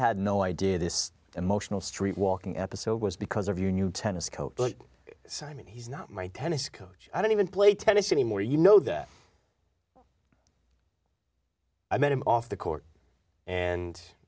had no idea this emotional streetwalking episode was because of you new tennis coach so i mean he's not my tennis coach i don't even play tennis anymore you know that i met him off the court and